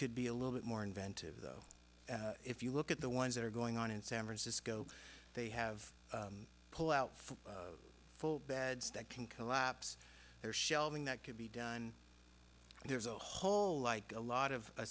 could be a little bit more inventive though if you look at the ones that are going on in san francisco they have pull out full beds that can collapse their shelving that can be done and there's a whole like a lot of